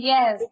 Yes